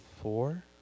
Four